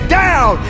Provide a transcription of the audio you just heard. down